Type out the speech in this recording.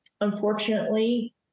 Unfortunately